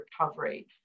recovery